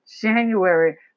January